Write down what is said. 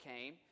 came